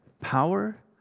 Power